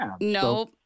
Nope